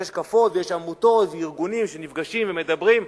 שיש השקפות ויש עמותות וארגונים שנפגשים ומדברים,